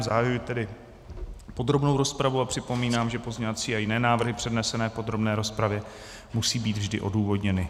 Zahajuji tedy podrobnou rozpravu a připomínám, že pozměňovací a jiné návrhy přednesené v podrobné rozpravě musí být vždy odůvodněny.